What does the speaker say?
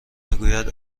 میگوید